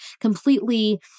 completely